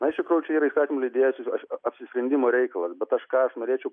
na iš tikrųjų čia yra įstatymų leidėjas apsisprendimo reikalas bet aš ką aš norėčiau